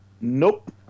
Nope